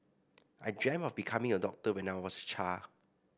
I dreamt of becoming a doctor when I was a child